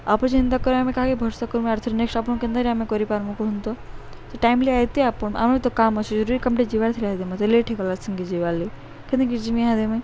ଆପଣ ସେ ଯେନ୍ତା କରି ଆମେ କାହାକି ଭରା କରୁ ଆର ରେ ନେକ୍ସଟ ଆପଣ କେନ୍ତା ହେଲେ ଆମେ କରିପାରମୁ କହୁନ୍ ତ ଟାଇମି ଆଇାଇ ଆପଣମେ ତ କାମ ଅଛେ ଜରୁରୀ କାମ୍ଟେ ଯିବାର ଥିଲାଇ ହେ ମତେ ଲେଟ୍ ହେଇଗଲା ସେଙ୍ଗି ଯିବାର ଲାଗି ଏହାଦେ ଆମେ